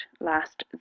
last